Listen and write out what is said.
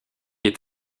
est